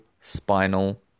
spinal